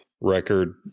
record